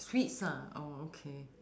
sweets ah oh okay